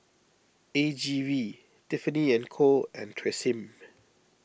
A G V Tiffany and Co and Tresemme